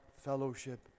fellowship